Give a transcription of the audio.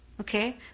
okay